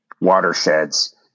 watersheds